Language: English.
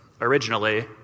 originally